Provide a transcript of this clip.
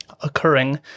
occurring